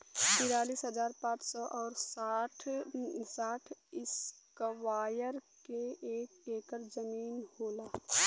तिरालिस हजार पांच सौ और साठ इस्क्वायर के एक ऐकर जमीन होला